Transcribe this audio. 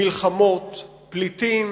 מלחמות ופליטים.